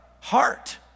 heart